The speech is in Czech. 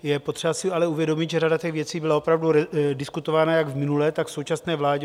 Je potřeba si ale uvědomit, že řada těch věcí byla opravdu diskutována jak v minulé, tak v současné vládě.